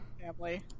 family